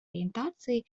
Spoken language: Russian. ориентации